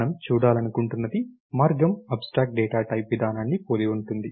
మనము చూడాలనుకుంటున్నది మార్గం అబ్స్ట్రాక్ట్ డేటా టైప్ విధానాన్ని పోలి ఉంటుంది